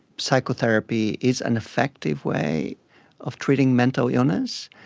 psychotherapy is an effective way of treating mental illness.